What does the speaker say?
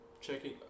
checking